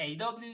AW